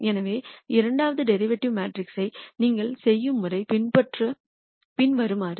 எனவே இரண்டாவது டெரிவேட்டிவ் மேட்ரிக்ஸை நீங்கள் செய்யும் முறை பின்வருமாறு